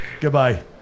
goodbye